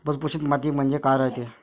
भुसभुशीत माती म्हणजे काय रायते?